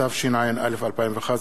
התשע"א 2011,